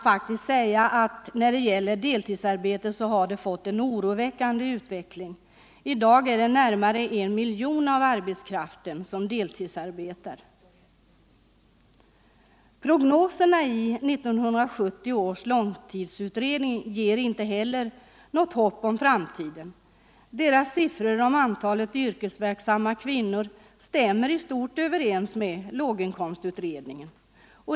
Utvecklingen här är faktiskt oroväckande. I dag är det närmare en miljon människor som deltidsarbetar. Prognoserna i 1970 års långtidsutredning ger inte heller något hopp om framtiden. Utredningens siffror för antalet yrkesverksamma kvinnor o stämmer i stort överens med låginkomstutredningens.